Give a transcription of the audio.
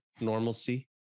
Normalcy